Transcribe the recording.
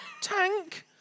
tank